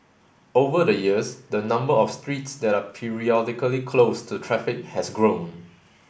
over the years the number of streets that are periodically closed to traffic has grown